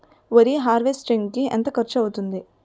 వరి హార్వెస్టింగ్ కి ఎంత ఖర్చు అవుతుంది?